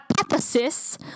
hypothesis